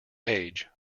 age